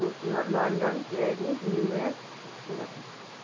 Tokyo London Paris New York Singapore